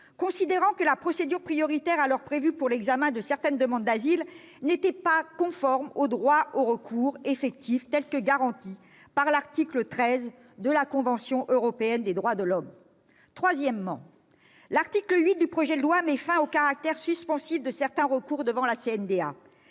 considérant que la procédure prioritaire alors prévue pour l'examen de certaines demandes d'asile n'était pas conforme au droit au recours effectif tel que garanti par l'article 13 de la Convention européenne de sauvegarde des droits de l'homme et des libertés fondamentales. Troisièmement, l'article 8 du présent projet de loi met fin au caractère suspensif de certains recours devant la CNDA.